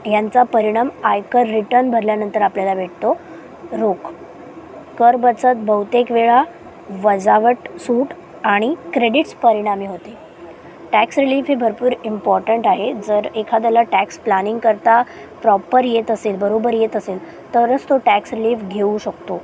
यांचा परिणाम आयकर रिटन भरल्यानन्तर आपल्याला भेटतो रोख कर बचत बहुतेक वेळा वजावट सूट आणि क्रेडिट्स परिणामी होते टॅक्स रिलीफ ही भरपूर इम्पॉर्टन्ट आहे जर एखाद्याला टॅक्स प्लानिंग करता प्रॉपर येत असेल बरोबर येत असेल तरच तो टॅक्स रिलीफ घेऊ शकतो